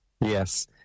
yes